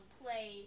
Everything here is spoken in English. play